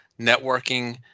networking